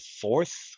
fourth